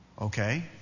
Okay